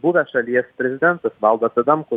buvęs šalies prezidentas valdas adamkus